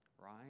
Right